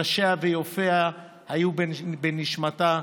אנשיה ונופיה היו בנשמתה.